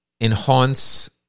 enhance